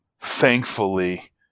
thankfully